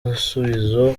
ibisubizo